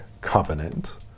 covenant